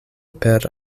per